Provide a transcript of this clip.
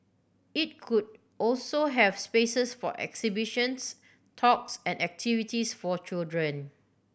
it could also have spaces for exhibitions talks and activities for children